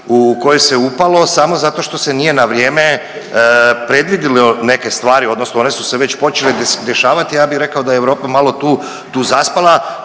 u kojoj se upalo samo zato što se nije na vrijeme predvidjelo neke stvari odnosno one su se već počele dešavati. Ja bih rekao da je Europa malo tu, tu zaspala.